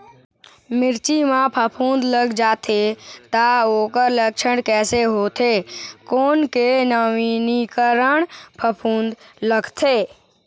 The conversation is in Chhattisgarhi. मिर्ची मा फफूंद लग जाथे ता ओकर लक्षण कैसे होथे, कोन के नवीनीकरण फफूंद लगथे?